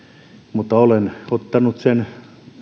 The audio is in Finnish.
mutta olen ottanut sen